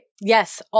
Yes